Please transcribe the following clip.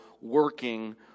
working